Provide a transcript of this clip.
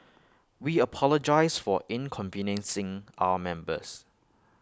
we apologise for inconveniencing our members